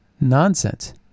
nonsense